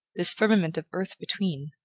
this firmament of earth between?